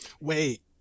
Wait